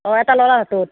অঁ এটা ল'ৰাৰ হাতত